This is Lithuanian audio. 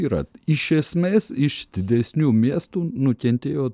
yra iš esmės iš didesnių miestų nukentėjo